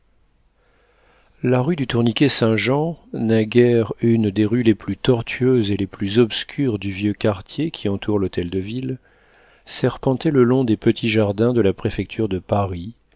la rue du tourniquet saint jean naguère une des rues les plus tortueuses et les plus obscures du vieux quartier qui entoure l'hôtel-de-ville serpentait le long des petits jardins de la préfecture de paris